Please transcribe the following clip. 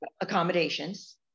accommodations